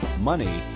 money